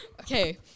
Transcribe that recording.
Okay